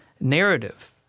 narrative